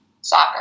soccer